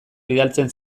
bidaltzen